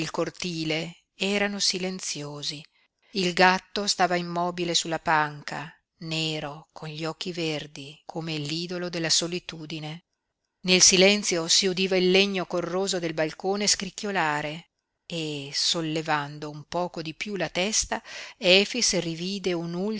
il cortile erano silenziosi il gatto stava immobile sulla panca nero con gli occhi verdi come l'idolo della solitudine nel silenzio si udiva il legno corroso del balcone scricchiolare e sollevando un poco di piú la testa efix rivide un'ultima